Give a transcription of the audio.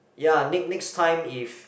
ya ne~ next time if